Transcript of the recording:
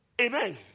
Amen